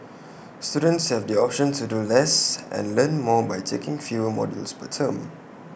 students have the option to do less and learn more by taking fewer modules per term